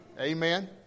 Amen